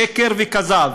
שקר וכזב.